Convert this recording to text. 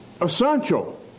essential